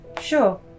sure